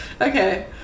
Okay